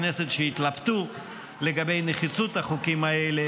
הכנסת שהתלבטו לגבי נחיצות החוקים האלה.